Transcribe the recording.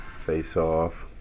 face-off